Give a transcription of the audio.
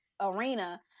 arena